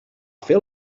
fer